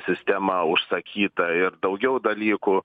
sistema užsakyta ir daugiau dalykų